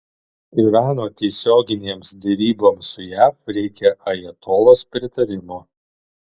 irano tiesioginėms deryboms su jav reikia ajatolos pritarimo